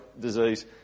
disease